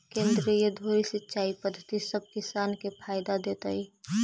केंद्रीय धुरी सिंचाई पद्धति सब किसान के फायदा देतइ